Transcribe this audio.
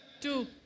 Two